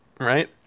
right